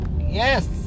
yes